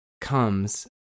comes